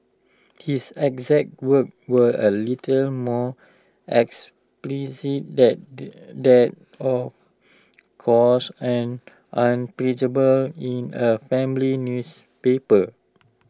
his exact words were A little more explicit that the that of course and unprintable in A family newspaper